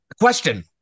Question